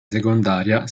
secondaria